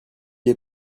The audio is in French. est